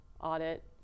audit